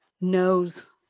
knows